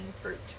fruit